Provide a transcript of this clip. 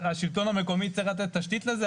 השלטון המקומי יצטרך לתת תשתית לזה.